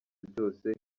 byose